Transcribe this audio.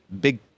big